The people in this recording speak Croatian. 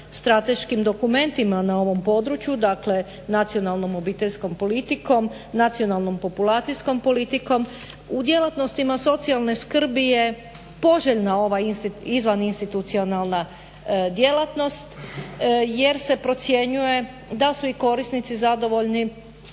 na ovom području, dakle nacionalnom obiteljskom politikom, nacionalnom populacijskom politikom. U djelatnostima socijalne skrbi je poželjna ova izvan institucionalna djelatnost jer se procjenjuje da su i korisnici zadovoljni,